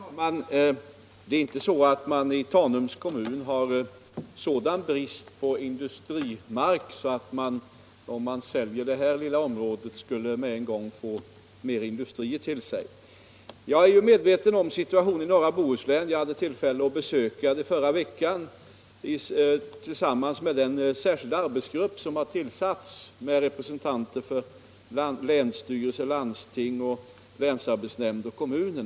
Herr talman! Det är inte så att man i Tanums kommun har sådan brist på industrimark att man på en gång, om Atomenergi säljer det lilla område som herr Lindahl i Hamburgsund här talar om, får flera industrier lokaliserade dit. Jag är medveten om situationen i norra Bohuslän, som jag hade tillfälle att besöka förra veckan tillsammans med den särskilda arbetsgrupp som tillsatts med representanter för länsstyrelse, landsting, länsarbetsnämnd och kommuner.